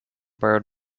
borrowed